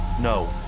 No